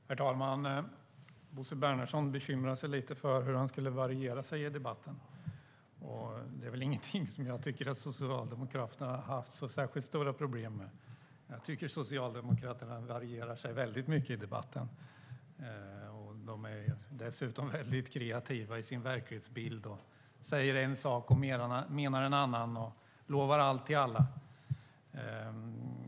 Herr talman! Bo Bernhardsson bekymrade sig lite för hur han skulle variera sig i debatten. Det är ingenting som jag tycker att Socialdemokraterna har haft särskilt stora problem med. Jag tycker att Socialdemokraterna varierar sig väldigt mycket i debatten. De är dessutom väldigt kreativa i sin verklighetsbild. De säger en sak och menar en annan och lovar allt till alla.